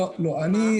בהחלט כדאי,